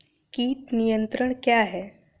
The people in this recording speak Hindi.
कीट नियंत्रण क्या है?